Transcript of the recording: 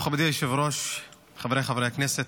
מכובדי היושב-ראש, חבריי חברי הכנסת,